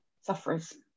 sufferers